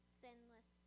sinless